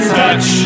touch